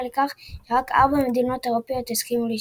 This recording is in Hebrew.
לכך שרק ארבע מדינות אירופיות הסכימו להשתתף.